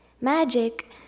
Magic